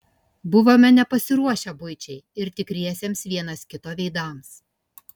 buvome nepasiruošę buičiai ir tikriesiems vienas kito veidams